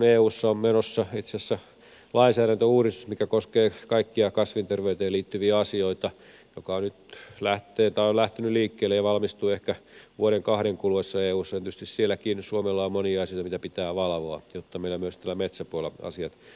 eussa on menossa itse asiassa lainsäädäntöuudistus joka koskee kaikkia kasvinterveyteen liittyviä asioita ja joka on lähtenyt liikkeelle ja valmistuu ehkä vuoden kahden kuluessa eussa ja tietysti sielläkin suomella on monia asioita mitä pitää valvoa jotta meillä myös täällä metsäpuolella asiat tulevat hyvin hoidettua